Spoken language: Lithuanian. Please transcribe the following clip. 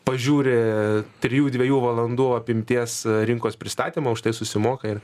pažiūri trijų dviejų valandų apimties rinkos pristatymą už tai susimoka ir